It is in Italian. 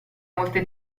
molte